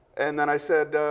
and then, i said,